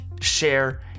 share